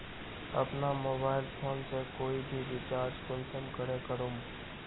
अपना mobile phone से कोई भी रिचार्ज कुंसम करे करूम?